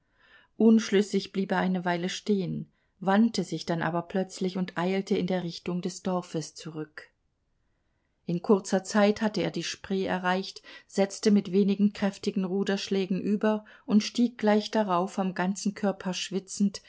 unschlüssig blieb er eine weile stehen wandte sich dann aber plötzlich und eilte in der richtung des dorfes zurück in kurzer zeit hatte er die spree erreicht setzte mit wenigen kräftigen ruderschlägen über und stieg gleich darauf am ganzen körper schwitzend